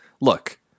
look